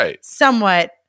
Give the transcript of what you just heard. somewhat